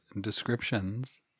descriptions